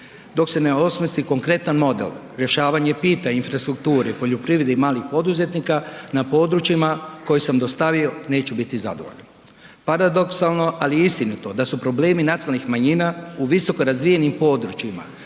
Dok se ne osmisli konkretan model, rješavanje pitanja infrastrukture, poljoprivrede i malih poduzetnika na područjima koje sam dostavio neću biti zadovoljan. Paradoksalno ali je istinito da su problemi nacionalnih manjina u visoko razvijenim područjima